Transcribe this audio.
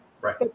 Right